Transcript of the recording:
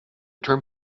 term